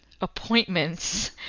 appointments